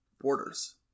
borders